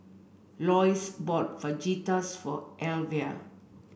Loyce bought Fajitas for Elvia